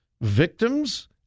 victims